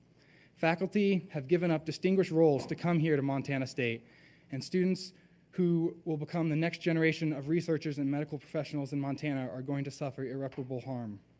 faculty have given up distinguished roles to come here to montana state and students who will become the next generation of researchers and medical professionals in montana are going to suffer irreparable harm.